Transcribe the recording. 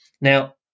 Now